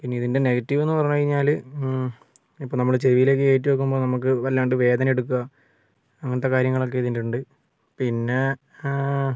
പിന്നെ ഇതിൻ്റെ നെഗറ്റീവ് എന്ന് പറഞ്ഞുകഴിഞ്ഞാൽ ഇപ്പം നമ്മൾ ചെവിയിലേക്ക് കയറ്റി വയ്ക്കുമ്പോൾ നമുക്ക് വല്ലാണ്ട് വേദനയെടുക്കുക അങ്ങനത്തെ കാര്യങ്ങളൊക്ക ഇതിൽ ഉണ്ട് പിന്നെ